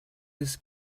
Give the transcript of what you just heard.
this